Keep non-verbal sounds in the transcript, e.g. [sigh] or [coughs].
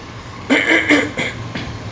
[coughs]